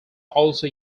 also